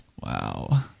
Wow